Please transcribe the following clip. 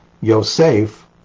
Yosef